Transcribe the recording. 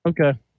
Okay